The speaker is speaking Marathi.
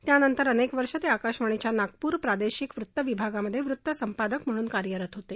त्यानंतर अनेक वर्ष ते आकाशवाणीच्या नागपूर प्रादेशिक वृत्त विभागामध्ये वृत्त संपादक म्हणून कार्यरत होते